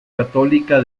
católica